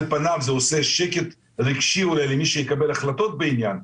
על פניו זה עושה שקט רגשי אולי למי שיקבל החלטות בעניין,